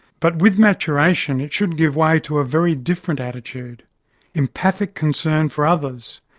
but with maturation, it should give way to a very different attitude empathic concern for others,